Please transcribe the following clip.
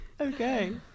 okay